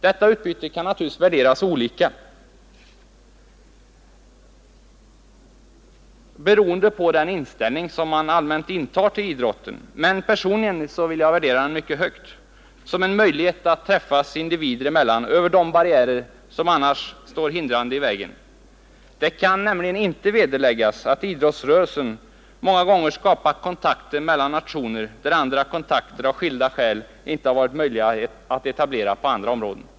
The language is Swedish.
Detta utbyte kan naturligtvis värderas olika, beroende på den inställning man allmänt intar till idrotten, men personligen vill jag värdera den mycket högt — som en möjlighet att träffas individer emellan över de barriärer som annars står hindrande i vägen. Det kan nämligen inte vederläggas att idrotten många gånger skapat kontakter mellan nationer, där kontakter av skilda skäl inte har varit möjliga att etablera på andra områden.